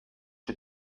się